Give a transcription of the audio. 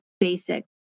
basic